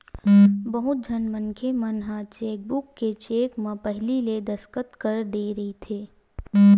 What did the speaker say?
बहुत झन मनखे मन ह चेकबूक के चेक म पहिली ले दस्कत कर दे रहिथे